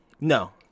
no